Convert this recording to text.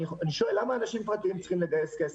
אני שואל: למה אנשים פרטיים צריכים לגייס כסף?